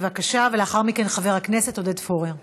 בבקשה, ולאחר מכן, חבר הכנסת עודד פורר.